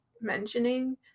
mentioning